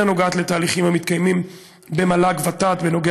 שאינה נוגעת בתהליכים המתקיימים במל"ג ובוות"ת בכל